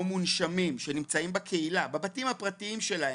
מונשמים שנמצאים בקהילה בבתים הפרטיים שלהם,